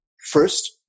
first